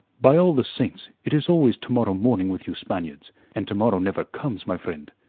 by all the saints, it is always to-morrow morning with you spaniards and to-morrow never comes, my friend.